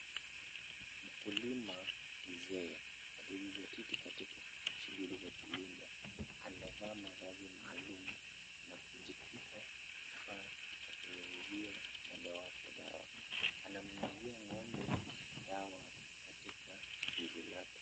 Mkulima mzee amejizatiti katika shughuli za kilimo, amevaa mavazi maalum na kujitwika kifaa cha kunyunyizia ng'ombe wake dawa ananyunyizia ng'ombe dawa katika zizi lake.